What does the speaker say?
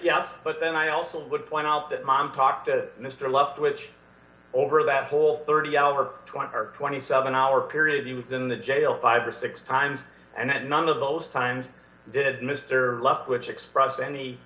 yes but then i also would point out that mom talked to mr left which over that whole thirty hour twenty or twenty seven hour period he was in the jail five or six times and none of those times did mr left which expressed any